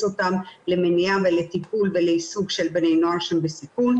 אותם למניעה ולטיפול ולעיסוק של בני נוער שהם בסיכון.